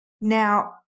Now